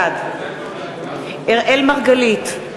בעד יעקב מרגי,